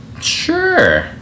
Sure